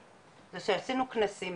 זה שעשינו כנסים,